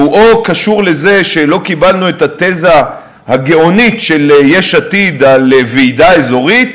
והוא קשור לזה שלא כיבדנו את התזה הגאונית של יש עתיד על ועידה אזורית,